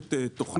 מוגשת תוכנית.